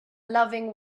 loving